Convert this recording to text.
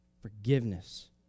Forgiveness